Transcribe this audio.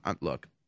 look